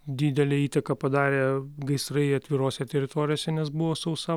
didelę įtaką padarė gaisrai atvirose teritorijose nes buvo sausa